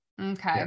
Okay